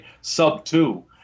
sub-two